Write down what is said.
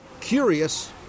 curious